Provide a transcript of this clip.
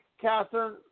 Catherine